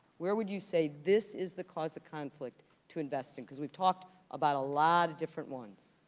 where would you say this is the cause of conflict to invest in cause we've talked about a lot of different ones.